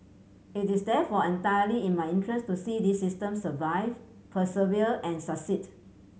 it is therefore entirely in my interest to see this system survive persevere and succeed